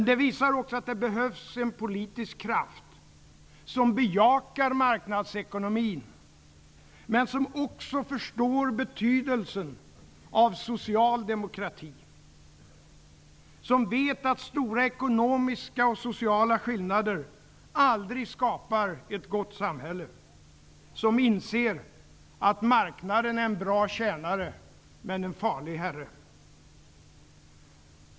Det visar också att det behövs en politisk kraft som bejakar marknadsekonomin, men som också förstår betydelsen av social demokrati, som vet att stora ekonomiska och sociala skillnader aldrig skapar ett gott samhälle och som inser att marknaden är en bra tjänare men en farlig herre.